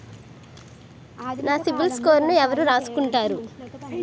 నా సిబిల్ స్కోరును ఎవరు రాసుకుంటారు